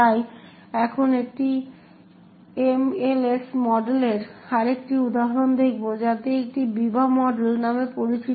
তাই এখন একটি এমএলএস মডেলের আরেকটি উদাহরণ দেখব যাতে এটি বিবা মডেল নামে পরিচিত